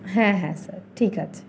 হ্যাঁ হ্যাঁ স্যার ঠিক আছে